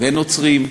נוצרים,